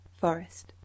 Forest